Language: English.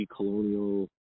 decolonial